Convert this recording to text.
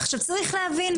עכשיו צריך להבין,